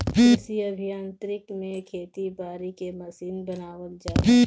कृषि अभियांत्रिकी में खेती बारी के मशीन बनावल जाला